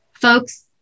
Folks